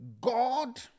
God